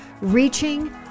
reaching